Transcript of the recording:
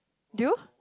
do you